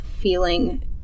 feeling